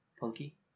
punky